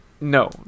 No